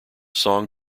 song